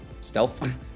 Stealth